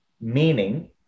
meaning